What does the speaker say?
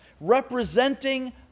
representing